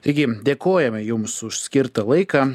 taigi dėkojame jums už skirtą laiką